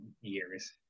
years